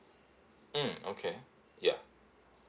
mm okay ya